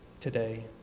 today